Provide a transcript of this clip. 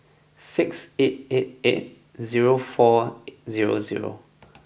six eight eight eight zero four zero zero